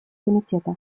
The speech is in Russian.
комитета